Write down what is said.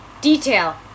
detail